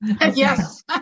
Yes